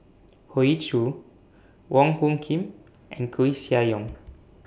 Hoey Choo Wong Hung Khim and Koeh Sia Yong